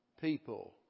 people